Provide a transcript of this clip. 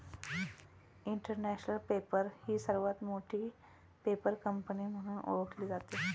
international paper ही सर्वात मोठी पेपर कंपनी म्हणून ओळखली जाते